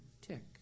tick